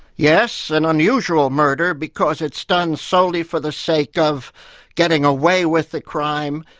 yes, an unusual murder, because it's done solely for the sake of getting away with the crime,